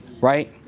Right